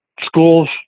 Schools